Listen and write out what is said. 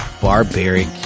barbaric